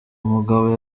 mugabo